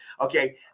Okay